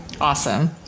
Awesome